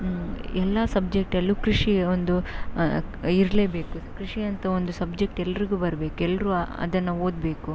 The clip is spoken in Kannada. ಎಲ್ಲ ಸಬ್ಜೆಕ್ಟಲ್ಲೂ ಕೃಷಿ ಒಂದು ಇರಲೇಬೇಕು ಕೃಷಿ ಅಂತ ಒಂದು ಸಬ್ಜೆಕ್ಟ್ ಎಲ್ರಿಗೂ ಬರ್ಬೇಕು ಎಲ್ಲರೂ ಅದನ್ನು ಓದಬೇಕು